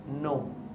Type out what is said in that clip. No